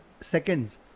seconds